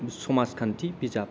समाजखान्थि बिजाब